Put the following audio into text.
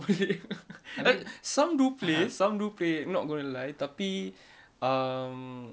tak boleh ah some do play some do play not going to lie tapi um